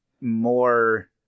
more